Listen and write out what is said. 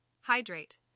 Hydrate